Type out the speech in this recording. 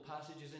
passages